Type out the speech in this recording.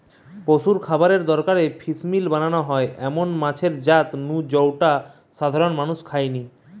পশুর খাবারের দরকারে ফিসমিল বানানা হয় এমন মাছের জাত নু জউটা সাধারণত মানুষ খায়নি